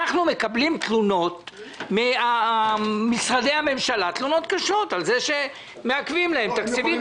אנחנו מקבלים תלונות קשות ממשרדי הממשלה על זה שמעכבים להם תקציבים,